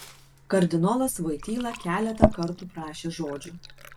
kardinolas voityla keletą kartų prašė žodžio